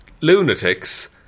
lunatics